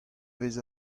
vez